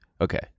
Okay